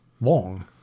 long